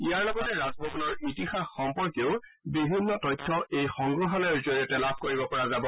ইয়াৰ লগতে ৰাজভৱনৰ ইতিহাস সম্পৰ্কেও বিভিন্ন তথ্য এই সংগ্ৰহালয়ৰ জৰিয়তে লাভ কৰিব পৰা যাব